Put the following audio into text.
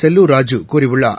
செல்லூர் ராஜூ கூறியுள்ளார்